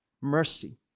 mercy